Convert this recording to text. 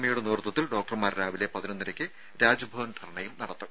A യുടെ നേതൃത്വത്തിൽ ഡോക്ടർമാർ രാവിലെ പതിനൊന്നരക്ക് രാജ്ഭവൻ ധർണ്ണയും നടത്തും